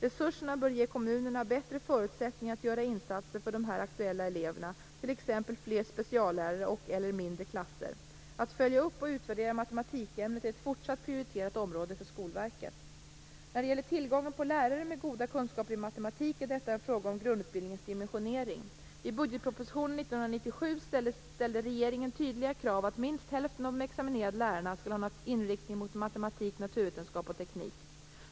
Resurserna bör ge kommunerna bättre förutsättningar att göra insatser för de här aktuella eleverna, t.ex. fler speciallärare och/eller mindre klasser. Att följa upp och utvärdera matematikämnet är ett fortsatt prioriterat område för När det gäller tillgången på lärare med goda kunskaper i matematik är detta en fråga om grundutbildningens dimensionering. I budgetpropositionen 1997 ställde regeringen tydliga krav på att minst hälften av de examinerade lärarna skall ha en inriktning mot matematik, naturvetenskap och teknik.